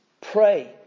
Pray